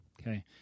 okay